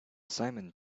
simon